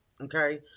okay